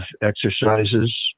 exercises